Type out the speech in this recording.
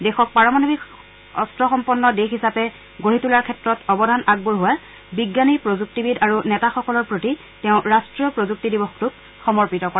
দেশক পাৰমাণবিক শস্ত্ৰসম্পন্ন দেশ হিচাপে গঢ়ি তোলাৰ ক্ষেত্ৰত অৱদান আগবঢ়োৱা বিজ্ঞানী প্ৰযুক্তিবিদ আৰু নেতাসকলৰ প্ৰতি তেওঁ ৰাষ্ট্ৰীয় প্ৰযুক্তি দিৱসটোক সমৰ্পিত কৰে